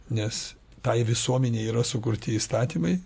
nes tai visuomenei yra sukurti įstatymai